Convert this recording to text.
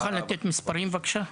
אתה יכול לתת מספרים בבקשה?